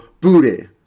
booty